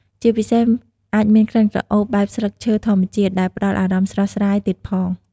ជាពិសេស អាចមានក្លិនក្រអូប បែបស្លឹកឈើធម្មជាតិ ដែលផ្ដល់អារម្មណ៍ស្រស់ស្រាយទៀតផង។